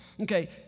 Okay